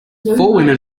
women